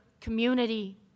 community